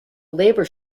labor